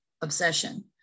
obsession